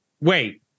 Wait